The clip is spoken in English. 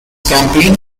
campaigned